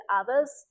others